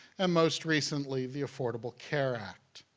and most recently, the affordable care act.